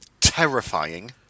terrifying